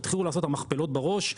תתחילו לעשות את המכפלות בראש,